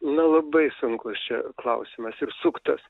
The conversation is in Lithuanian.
na labai sunkus čia klausimas ir suktas